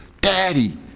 Daddy